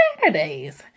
Saturdays